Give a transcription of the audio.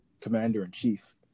commander-in-chief